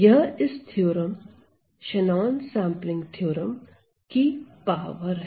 यह इस theorem Shannon sampling theorem की पावर है